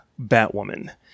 Batwoman